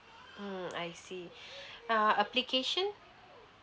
mm I see err application